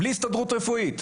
בלי הסתדרות רפואית.